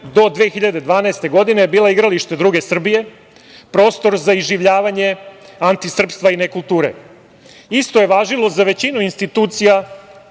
do 2012. godine je bila igralište druge Srbije, prostor za iživljavanje antisrpstva i nekulture. Isto je važilo za većinu institucija